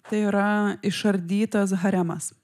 tai yra išardytas haremas